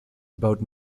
about